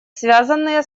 связанные